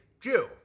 Jew